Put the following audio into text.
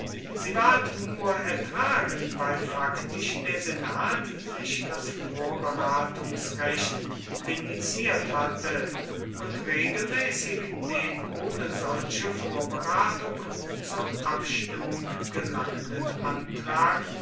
sie ward nur ertragen weil faktisch der senat sich das vorberatungsrecht vindiziert hatte und regelmäßig den ohne solche vorberatung zur abstimmung ge langenden antrag